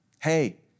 hey